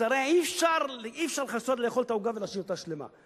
אז הרי אי-אפשר לאכול את העוגה ולהשאיר אותה שלמה.